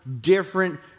different